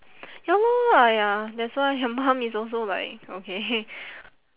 ya lor !aiya! that's why your mum is also like okay